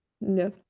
no